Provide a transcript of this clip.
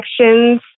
Actions